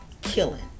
Killing